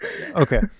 Okay